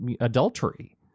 adultery